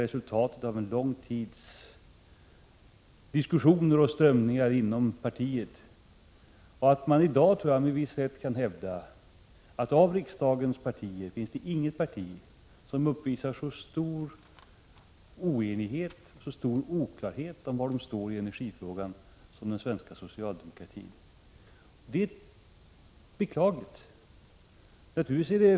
Resultatet av en lång tids diskussioner och strömningar inom det socialdemokratiska partiet är att i dag det bland riksdagens partier inte finns något som uppvisar så stor oenighet och så stor oklarhet om var det står i energifrågan som den svenska socialdemokratin. Det är beklagligt.